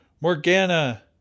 Morgana